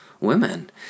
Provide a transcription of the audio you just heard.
women